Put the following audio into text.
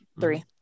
three